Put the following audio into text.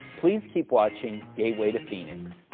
please keep watching gateway to phoenix.